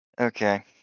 Okay